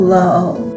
love